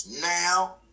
Now